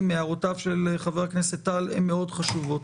הערותיו של חבר הכנסת טל מאוד חשובות.